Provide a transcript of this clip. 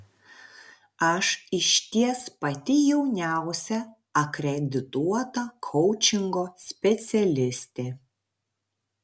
aš išties pati jauniausia akredituota koučingo specialistė